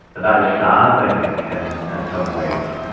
that is sad, i think, in, in some ways, and